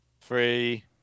three